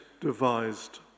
devised